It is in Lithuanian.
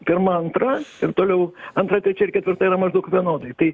pirma antra ir toliau antra trečia ir ketvirta yra maždaug vienodai tai